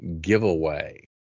giveaway